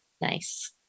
Nice